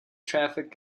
traffic